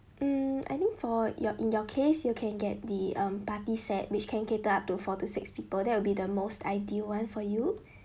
mm I think for your in your case you can get the um party set which can cater up to four to six people that would be the most ideal one for you